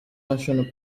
national